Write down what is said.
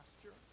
pasture